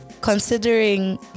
Considering